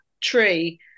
tree